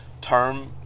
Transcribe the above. term